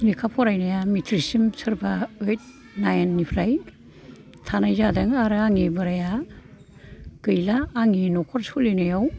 लेखा फरायनाया मेट्रिकसिम सोरबा ओइथ नाइनिफ्राय थानाय जादों आरो आंनि बोराइया गैला आंनि नखर सोलिनायाव